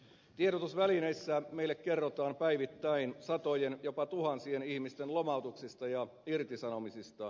tiedotusvälineissä meille kerrotaan päivittäin satojen jopa tuhansien ihmisten lomautuksista ja irtisanomisista